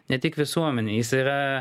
ne tik visuomenėj jis yra